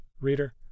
Reader